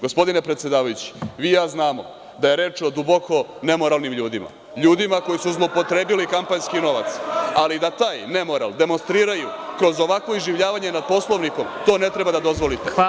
Gospodine predsedavajući, vi i ja znamo da je reč o duboko nemoralnim ljudima, ljudima koji su zloupotrebili kampanjski novac, ali da taj nemoral demonstriraju kroz ovakvo iživljavanje nad Poslovnikom to ne treba da dozvolite.